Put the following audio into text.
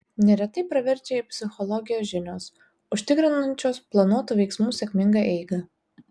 neretai praverčia ir psichologijos žinios užtikrinančios planuotų veiksmų sėkmingą eigą